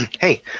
Hey